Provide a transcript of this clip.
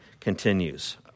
continues